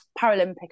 Paralympic